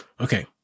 okay